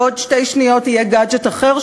בעוד שתי שניות יהיה גאדג'ט אחר,